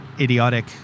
idiotic